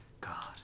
God